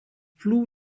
flu